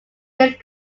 based